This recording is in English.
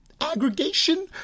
aggregation